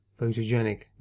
Photogenic